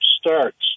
starts